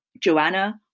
Joanna